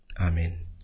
Amen